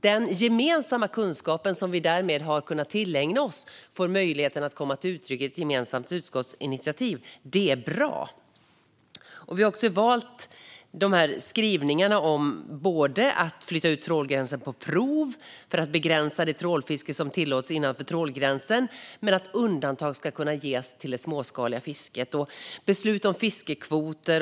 Den gemensamma kunskap som vi därmed har kunnat tillägna oss kommer här till uttryck i ett gemensamt utskottsinitiativ. Det är bra. Vi har valt skrivningar om att på prov flytta ut trålgränsen för att begränsa det trålfiske som tillåts innanför gränsen, men vi vill att undantag ska kunna ges till det småskaliga fisket. Vi skriver också om beslut om fiskekvoter.